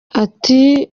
ati